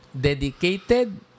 dedicated